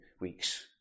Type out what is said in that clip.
weeks